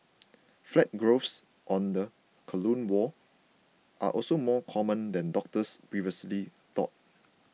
flat growths on the colon wall are also more common than doctors previously thought